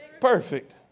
perfect